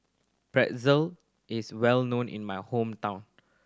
pretzel is well known in my hometown